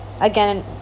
again